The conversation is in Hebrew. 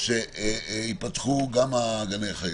שייפתחו גם גני החיות.